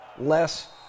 less